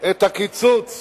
את הקיצוץ